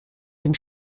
dem